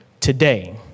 Today